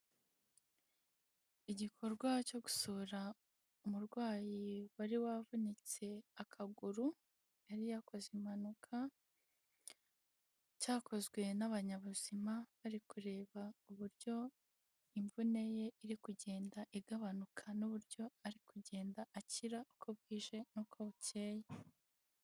Igikorwa cyo gusura umurwayi wari wavunitse akaguru yari yakoze impanuka cyakozwe n'abanyabuzima bari kureba uburyo imvune ye iri kugenda igabanuka n'uburyo ari kugenda akira uko bwije n'uko bucyeye .